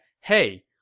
hey